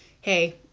hey